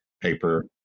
paper